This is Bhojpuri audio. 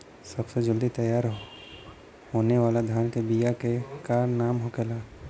सबसे जल्दी तैयार होने वाला धान के बिया का का नाम होखेला?